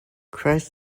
christ